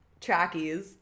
trackies